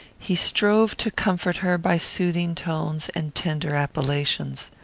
he strove to comfort her by soothing tones and tender appellations.